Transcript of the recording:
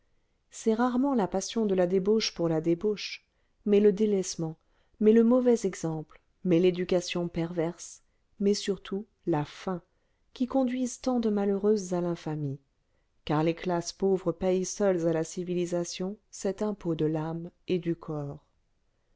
c'est rarement la passion de la débauche pour la débauche mais le délaissement mais le mauvais exemple mais l'éducation perverse mais surtout la faim qui conduisent tant de malheureuses à l'infamie car les classes pauvres payent seules à la civilisation cet impôt de l'âme et du corps